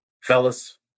fellas